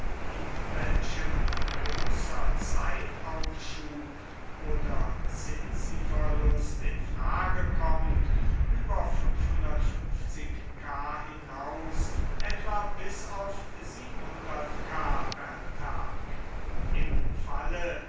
in welchem bloßer zeitaufschub oder zinsenverlust in frage kommt ber k hinaus etwa bis auf k per tag im falle